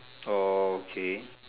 oh okay